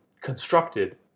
constructed